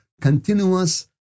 continuous